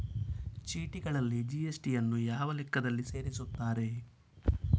ಚೀಟಿಗಳಲ್ಲಿ ಜಿ.ಎಸ್.ಟಿ ಯನ್ನು ಯಾವ ಲೆಕ್ಕದಲ್ಲಿ ಸೇರಿಸುತ್ತಾರೆ?